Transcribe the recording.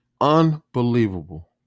Unbelievable